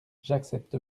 j’accepte